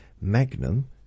Magnum